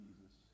Jesus